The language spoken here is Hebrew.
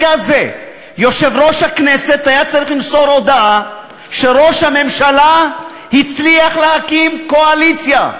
יושב-ראש הכנסת היה צריך למסור הודעה שראש הממשלה הצליח להקים קואליציה,